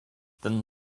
than